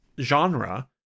genre